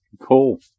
Cool